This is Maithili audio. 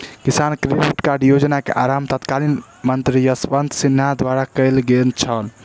किसान क्रेडिट कार्ड योजना के आरम्भ तत्कालीन मंत्री यशवंत सिन्हा द्वारा कयल गेल छल